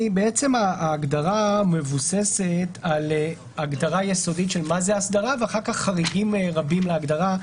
ההגדרה מבוססת על הגדרה יסודית של "אסדרה" ואחר כך חריגים רבים להגדרה.